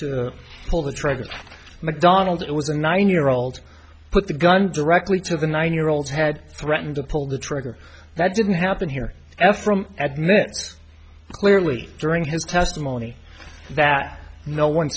to pull the trigger macdonald it was a nine year old put the gun directly to the nine year old had threatened to pull the trigger that didn't happen here f from ed minutes clearly during his testimony that no one